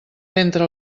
ventre